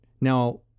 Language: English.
Now